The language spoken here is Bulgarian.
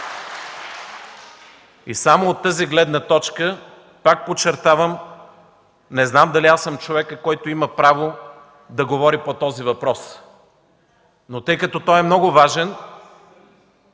Само от тази гледна точка, пак подчертавам, не знам дали аз съм човекът, който има право да говори по този въпрос, но тъй като той е много важен,